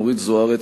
אורית זוארץ,